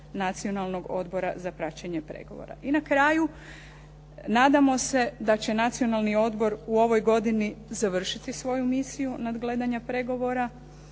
Nacionalnog odbora za praćenje pregovora. I na kraju, nadamo da će Nacionalni odbor u ovoj godini završiti svoju misiju nadgledanja pregovora,